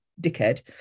dickhead